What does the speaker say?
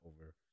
over